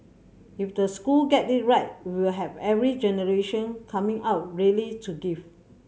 if the school get it right we will have every generation coming out ready to give